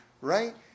right